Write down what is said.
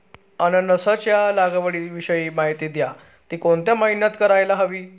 अननसाच्या लागवडीविषयी माहिती द्या, ति कोणत्या महिन्यात करायला हवी?